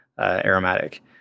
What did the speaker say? aromatic